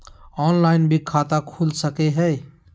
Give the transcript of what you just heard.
Online भी खाता खूल सके हय?